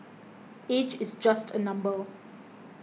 age is just a number